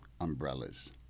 Umbrellas